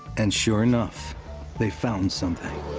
and sure enough they found something